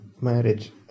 marriage